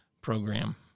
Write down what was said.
program